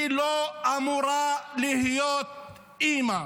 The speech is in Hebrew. היא לא אמורה להיות אימא.